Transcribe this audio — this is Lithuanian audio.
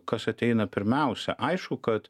kas ateina pirmiausia aišku kad